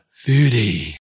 foodie